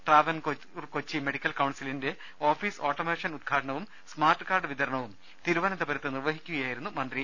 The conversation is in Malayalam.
ട്രാവൻകൂർ കൊച്ചി മെഡിക്കൽ കൌൺസിലിന്റെ ഓഫീസ് ഓട്ടോമേഷൻ ഉദ്ഘാടനവും സ്മാർട്ട് കാർഡ് വിതരണവും തിരുവന ന്തപുരത്ത് നിർവഹിച്ചു സംസാരിക്കുകയായിരുന്നു മന്ത്രി